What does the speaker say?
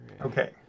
Okay